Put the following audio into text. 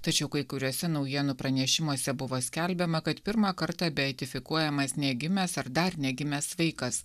tačiau kai kuriuose naujienų pranešimuose buvo skelbiama kad pirmą kartą beatifikuojamas negimęs ar dar negimęs vaikas